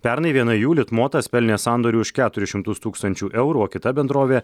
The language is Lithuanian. pernai viena jų litmotas pelnė sandorių už keturis šimtus tūkstančių eurų o kita bendrovė